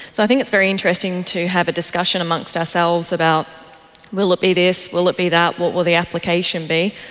so i think it's very interesting to have a discussion amongst ourselves about will it be this, will it be that, what will the application be.